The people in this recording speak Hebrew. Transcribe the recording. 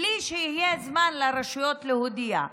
בלי שיהיה לרשויות זמן להודיע.